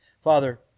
father